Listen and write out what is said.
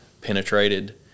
penetrated